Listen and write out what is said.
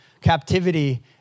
captivity